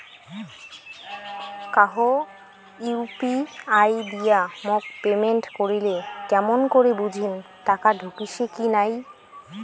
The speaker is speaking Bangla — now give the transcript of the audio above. কাহো ইউ.পি.আই দিয়া মোক পেমেন্ট করিলে কেমন করি বুঝিম টাকা ঢুকিসে কি নাই?